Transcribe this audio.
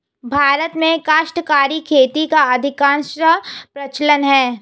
भारत में काश्तकारी खेती का अधिकांशतः प्रचलन है